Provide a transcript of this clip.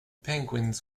penguins